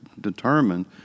determined